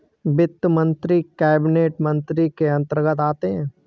वित्त मंत्री कैबिनेट मंत्री के अंतर्गत आते है